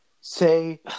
say